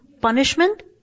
punishment